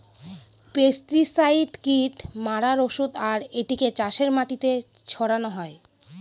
pesticide কীট মারার ঔষধ আর এটিকে চাষের মাটিতে ছড়ানো হয়